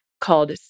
called